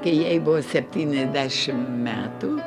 kai jai buvo septyniasdešim metų